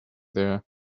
there